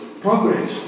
progress